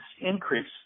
increase